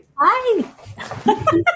Hi